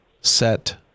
set